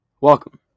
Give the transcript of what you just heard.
Welcome